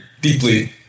deeply